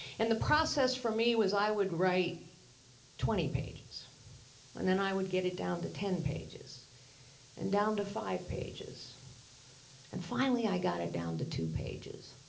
and the process for me was i would write twenty pages and then i would get it down to ten pages and down to five pages and finally i got it down to two pages.